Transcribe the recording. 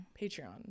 patreon